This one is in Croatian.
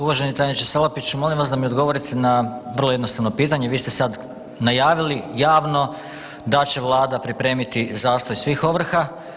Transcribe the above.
Uvaženi tajniče Salapiću, molim vas da mi odgovorite na vrlo jednostavno pitanje, vi ste sad najavili javno da će Vlada pripremiti zastoj svih ovrha.